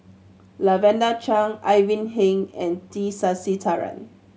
Lavender Chang Ivan Heng and T Sasitharan